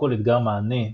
פרוטוקול אתגר-מענה,